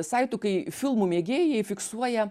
saitų kai filmų mėgėjai fiksuoja